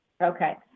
Okay